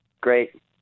great